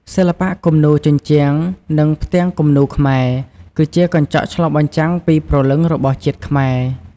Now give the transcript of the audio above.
សិល្បៈគំនូរជញ្ជាំង និងផ្ទាំងគំនូរខ្មែរ គឺជាកញ្ចក់ឆ្លុះបញ្ចាំងពីព្រលឹងរបស់ជាតិខ្មែរ។